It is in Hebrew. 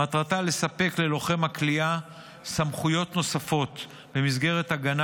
מטרתה לספק ללוחם הכליאה סמכויות נוספות במסגרת הגנה